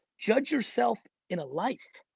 judge yourself in a life.